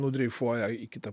nudreifuoja į kitą